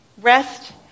Rest